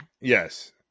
yes